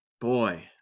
boy